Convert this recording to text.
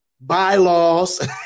bylaws